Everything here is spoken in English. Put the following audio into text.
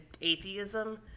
atheism